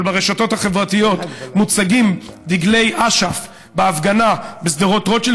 אבל ברשתות החברתיות מוצגים דגלי אש"ף בהפגנה בשדרות רוטשילד,